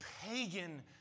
pagan